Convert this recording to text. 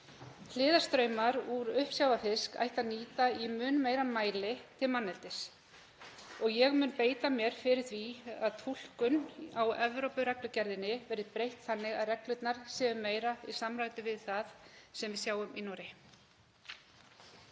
Hliðarstrauma úr uppsjávarfiski ætti að nýta í mun meira mæli til manneldis og ég mun beita mér fyrir því að túlkun á Evrópureglugerðinni verði breytt þannig að reglurnar séu meira í samræmi við það sem við sjáum í Noregi.